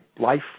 life